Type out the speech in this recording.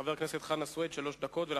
חבר הכנסת חנא סוייד, שלוש דקות.